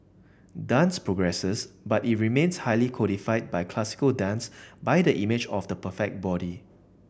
dance progresses but it remains highly codified by classical dance by the image of the perfect body